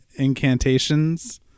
Incantations